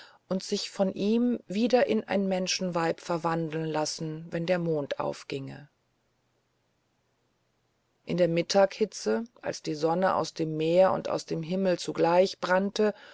und sich von ihm wieder in ein menschenweib verwandeln lassen wenn der mond aufginge in der mittaghitze als die sonne aus dem meer und aus dem himmel zugleich brannte